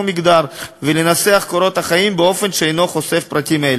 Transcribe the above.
מגדר ולנסח את קורות החיים באופן שאינו חושף פרטים אלו.